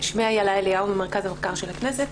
שמי אילה אליהו ממרכז המחקר והמידע של הכנסת.